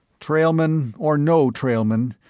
trailmen or no trailmen,